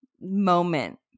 moment